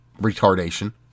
retardation